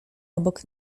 obok